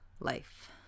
life